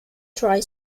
dry